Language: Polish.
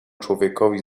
człowiekowi